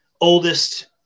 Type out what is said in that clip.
oldest